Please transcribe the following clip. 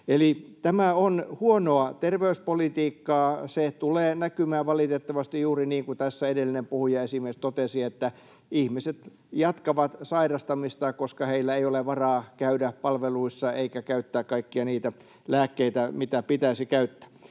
tämä on huonoa terveyspolitiikkaa. Se tulee näkymään valitettavasti juuri niin kuin tässä edellinen puhuja esimerkiksi totesi, että ihmiset jatkavat sairastamista, koska heillä ei ole varaa käydä palveluissa eikä käyttää kaikkia niitä lääkkeitä, mitä pitäisi käyttää.